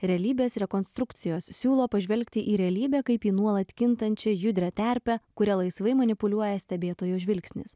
realybės rekonstrukcijos siūlo pažvelgti į realybę kaip į nuolat kintančią judrią terpę kuria laisvai manipuliuoja stebėtojo žvilgsnis